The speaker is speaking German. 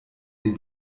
den